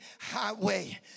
highway